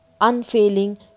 unfailing